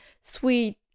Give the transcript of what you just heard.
sweet